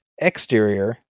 exterior